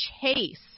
chase